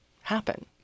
happen